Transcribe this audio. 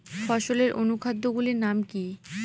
ফসলের অনুখাদ্য গুলির নাম কি?